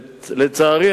לצערי,